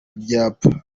ibyapa